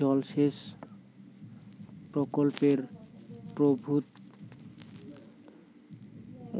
জলসেচ প্রকল্পের প্রভূত